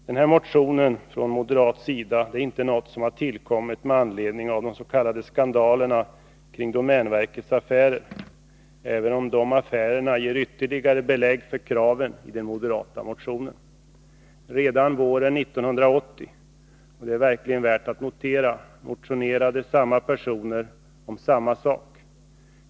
Den här motionen är inte något som tillkommit med anledning av de s.k. skandalerna kring domänverkets affärer, även om dessa affärer ger ytterligare belägg för de motiverade kraven i den moderata motionen. Redan våren 1980 — det är verkligen värt att notera — motionerade samma personer om samma sak.